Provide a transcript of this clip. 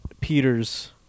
Peter's